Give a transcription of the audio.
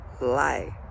life